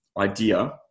idea